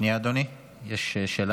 אדוני שר